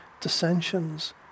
dissensions